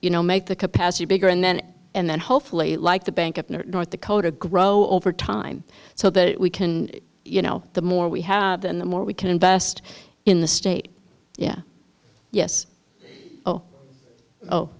you know make the capacity bigger and then and then hopefully like the bank of north dakota grow over time so that we can you know the more we have and the more we can invest in the state yeah yes oh